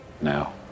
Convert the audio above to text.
Now